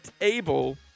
able